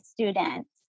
students